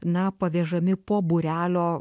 na pavežami po būrelio